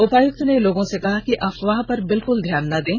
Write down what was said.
उपायुक्त ने लोगों से कहा कि अफवाह पर बिल्कुल ध्यान ना दें